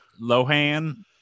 Lohan